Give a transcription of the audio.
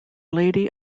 lady